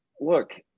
Look